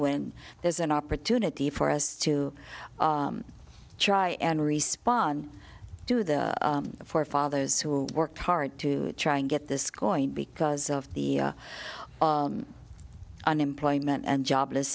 when there's an opportunity for us to try and respond to the forefathers who worked hard to try and get this going because of the unemployment and jobless